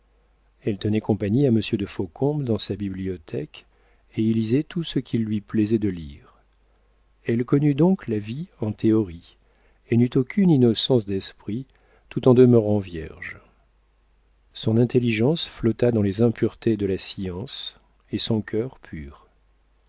elle tenait compagnie à monsieur de faucombe dans sa bibliothèque et y lisait tout ce qu'il lui plaisait de lire elle connut donc la vie en théorie et n'eut aucune innocence d'esprit tout en demeurant vierge son intelligence flotta dans les impuretés de la science et son cœur resta pur